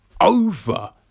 over